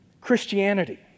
Christianity